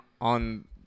on